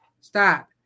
Stop